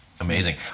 Amazing